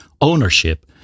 ownership